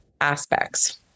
aspects